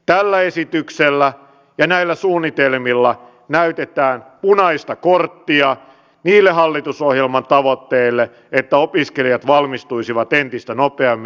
tällä esityksellä ja näillä suunnitelmilla näytetään punaista korttia niille hallitusohjelman tavoitteille että opiskelijat valmistuisivat entistä nopeammin